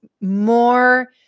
more